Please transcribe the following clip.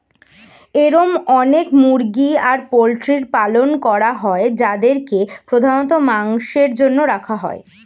এরম অনেক মুরগি আর পোল্ট্রির পালন করা হয় যাদেরকে প্রধানত মাংসের জন্য রাখা হয়